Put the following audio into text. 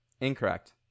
incorrect